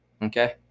Okay